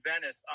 Venice